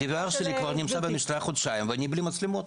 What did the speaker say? --- כבר נמצא במשטרה חודשיים ואני בלי מצלמות.